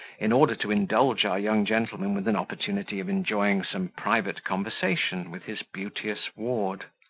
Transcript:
in order to indulge our young gentleman with an opportunity of enjoying some private conversation with his beauteous ward.